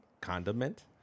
condiment